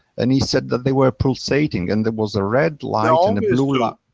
and he said that they were pulsating, and there was a red light um and and